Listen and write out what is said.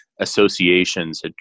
associations